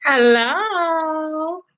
Hello